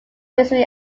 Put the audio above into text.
misery